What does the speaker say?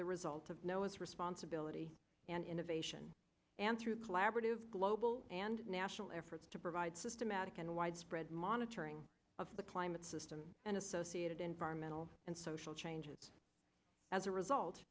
the result of noah's responsibility and innovation and through collaborative global and national efforts to provide systematic and widespread monitoring of the climate system and associated environmental and social changes as a result